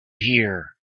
here